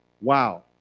Wow